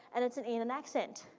and it's an e and an accent.